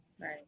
Right